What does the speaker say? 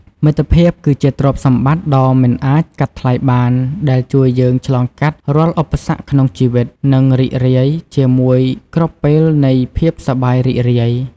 មិត្តភាពគឺជាទ្រព្យសម្បត្តិដ៏មិនអាចកាត់ថ្លៃបានដែលជួយយើងឆ្លងកាត់រាល់ឧបសគ្គក្នុងជីវិត និងរីករាយជាមួយគ្រប់ពេលនៃភាពសប្បាយរីករាយ។